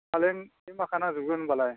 फालें माखा नांजोबगोन होमबालाय